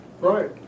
Right